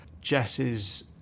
Jess's